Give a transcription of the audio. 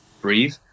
breathe